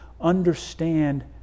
understand